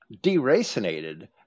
deracinated